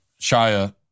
Shia